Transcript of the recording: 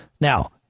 Now